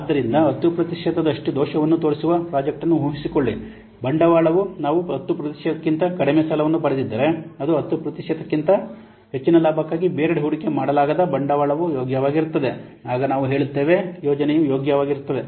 ಆದ್ದರಿಂದ 10 ಪ್ರತಿಶತದಷ್ಟು ದೋಷವನ್ನು ತೋರಿಸುವ ಪ್ರಾಜೆಕ್ಟ್ ಅನ್ನು ಊಹಿಸಿಕೊಳ್ಳಿ ಬಂಡವಾಳವು ನಾವು 10 ಪ್ರತಿಶತಕ್ಕಿಂತ ಕಡಿಮೆ ಸಾಲವನ್ನು ಪಡೆದಿದ್ದರೆ ಅಥವಾ 10 ಪ್ರತಿಶತಕ್ಕಿಂತ ಹೆಚ್ಚಿನ ಲಾಭಕ್ಕಾಗಿ ಬೇರೆಡೆ ಹೂಡಿಕೆ ಮಾಡಲಾಗದ ಬಂಡವಾಳವು ಯೋಗ್ಯವಾಗಿರುತ್ತದೆ ಆಗ ನಾವು ಹೇಳುತ್ತೇವೆ ಯೋಜನೆಯು ಯೋಗ್ಯವಾಗಿರುತ್ತದೆ